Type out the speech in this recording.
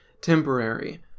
temporary